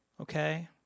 Okay